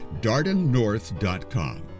DardenNorth.com